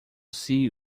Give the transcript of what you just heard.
see